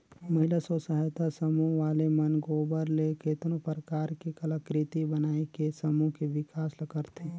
महिला स्व सहायता समूह वाले मन गोबर ले केतनो परकार के कलाकृति बनायके समूह के बिकास ल करथे